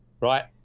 right